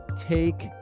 take